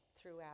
throughout